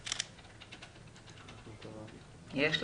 התוכנית שהגשתי לראש הממשלה לפני שבוע וחצי, יש בה